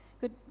good